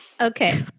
okay